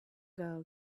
girl